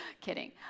kidding